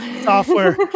software